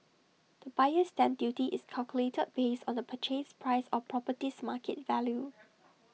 the buyer's stamp duty is calculated based on the purchase price or property's market value